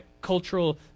cultural